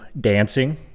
dancing